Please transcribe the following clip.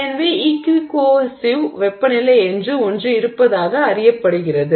எனவே equicohesive வெப்பநிலை என்று ஒன்று இருப்பதாக அறியப்படுகிறது